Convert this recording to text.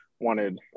wanted